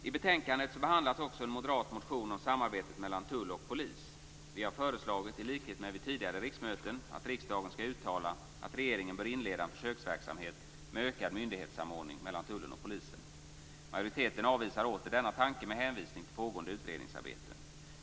I betänkandet behandlas också en moderat motion om samarbetet mellan tull och polis. Vi har liksom vid tidigare riksmöten föreslagit att riksdagen skall uttala att regeringen bör inleda en försöksverksamhet med ökad myndighetssamordning mellan Tullen och Polisen. Majoriteten avvisar åter denna tanke, med hänvisning till pågående utredningsarbete.